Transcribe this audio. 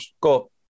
Go